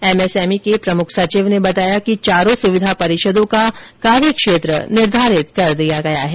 MSME प्रमुख सचिव ने बताया कि चारों सुविधा परिषदों का कार्यक्षेत्र निर्धारित कर दिया गया है